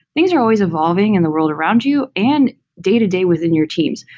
things are always evolving and the world around you and day-to-day within your teams.